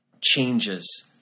changes